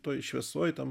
toj šviesoj tam